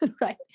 right